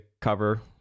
cover